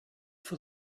for